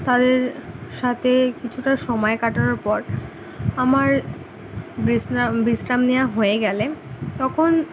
তাদের সাথে কিছুটা সমায় কাটানোর পর আমার বিশ্রাম বিশ্রাম নেওয়া হয়ে গেলে তখন